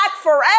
forever